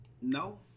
No